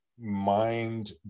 mind